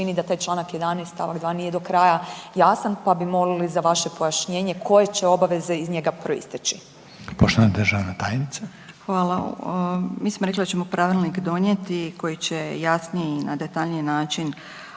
da taj čl. 11 st. 2 nije do kraja jasan pa bi molili za vaše pojašnjenje koje će obaveze iz njega proisteći. **Reiner, Željko (HDZ)** Poštovana državna tajnica. **Magaš, Dunja** Hvala. Mi smo rekli da ćemo pravilnik donijeti koji će jasnije i na detaljniji način